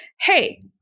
hey